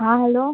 हां हॅलो